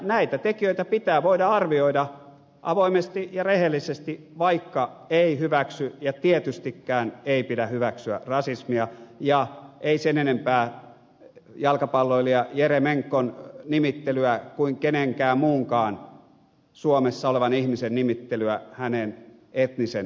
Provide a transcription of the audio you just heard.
näitä tekijöitä pitää voida arvioida avoimesti ja rehellisesti vaikka ei hyväksy ja tietystikään ei pidä hyväksyä rasismia eikä sen enempää jalkapalloilija eremenkon nimittelyä kuin kenenkään muunkaan suomessa olevan ihmisen nimittelyä hänen etnisen taustansa perusteella